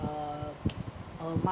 uh a mar~